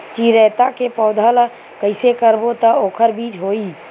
चिरैता के पौधा ल कइसे करबो त ओखर बीज होई?